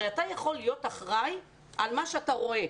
אתה יכול להיות אחראי על מה שאתה רואה,